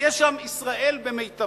תהיה שם ישראל במיטבה,